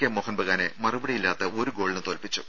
K മോഹൻബഗാനെ മറുപടിയില്ലാത്ത ഒരു ഗോളിന് തോൽപ്പിച്ചു